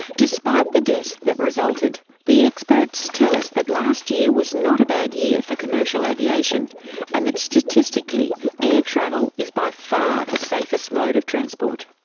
despite the deaths that resulted, the experts tell us that last year was not a bad year for commercial aviation and that statistically air travel is by far the safest mode of transport.